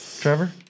Trevor